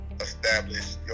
establish